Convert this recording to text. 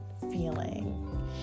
feeling